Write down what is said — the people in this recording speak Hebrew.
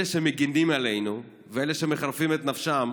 אלה שמגינים עלינו ואלה שמחרפים את נפשם